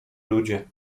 ludzie